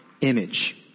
image